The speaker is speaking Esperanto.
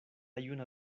juna